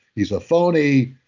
he's a phony.